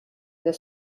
the